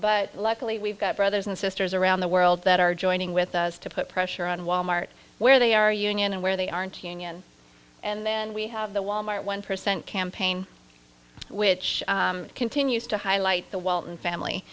but luckily we've got brothers and sisters around the world that are joining with us to put pressure on wal mart where they are union and where they aren't union and then we have the wal mart one percent campaign which continues to highlight the walton family